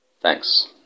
Thanks